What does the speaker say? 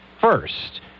first